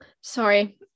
sorry